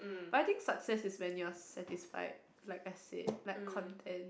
but I think success is when you are satisfied like as in like content